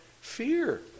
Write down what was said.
fear